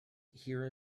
here